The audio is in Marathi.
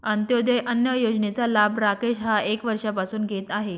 अंत्योदय अन्न योजनेचा लाभ राकेश हा एक वर्षापासून घेत आहे